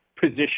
position